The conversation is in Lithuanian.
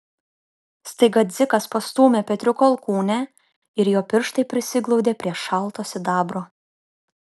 staiga dzikas pastūmė petriuko alkūnę ir jo pirštai prisiglaudė prie šalto sidabro